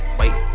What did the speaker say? wait